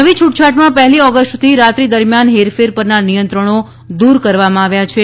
નવી છૂટછાટમાં પહેલી ઓગસ્ટથી રાત્રિ દરમિયાન હેરફેર પરના નિયંત્રણો દૂર કરવામાં આવ્યા છે